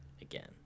again